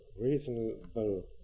reasonable